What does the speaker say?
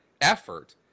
effort